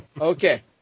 Okay